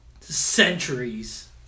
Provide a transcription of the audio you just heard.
Centuries